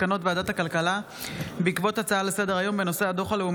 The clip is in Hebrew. מסקנות ועדת הכלכלה בעקבות דיון בהצעה לסדר-היום של חברי